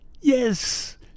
Yes